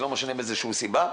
לא משנה מאיזו סיבה.